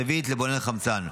עכשווית לבלוני חמצן.